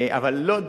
לא אבל ללוד